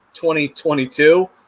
2022